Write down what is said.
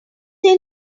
some